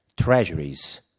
treasuries